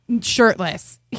shirtless